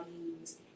values